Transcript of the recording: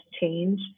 change